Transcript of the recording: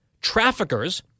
traffickers